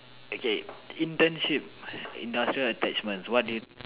okay internship industrial attachments what do you